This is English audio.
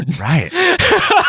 right